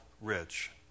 rich